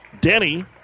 Denny